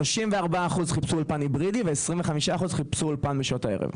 34% מהם חיפשו אולפן היברידי ו-25% חיפשו אולפן בשעות הערב.